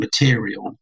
material